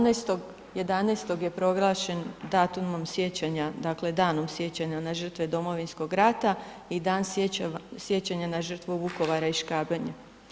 18.11. je proglašen datumom sjećanja, dakle Danom sjećanja na žrtve Domovinskog rata i Dan sjećanja na žrtvu Vukovara i Škabrnje.